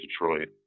Detroit